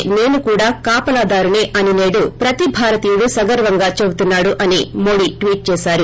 సేను కూడా కాపలాదారుసే అని నేడు ప్రతి భారతీయుడు సగర్వంగా చెబుతున్నా డు అని మోదీ ట్వీట్ చేశారు